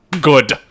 good